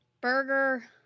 Burger